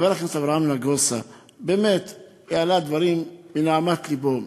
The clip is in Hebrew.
חבר הכנסת אברהם נגוסה באמת העלה דברים מנהמת לבו.